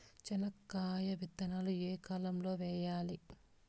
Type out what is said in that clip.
చెనక్కాయ విత్తనాలు ఏ కాలం లో వేయాలి?